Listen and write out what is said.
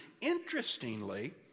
Interestingly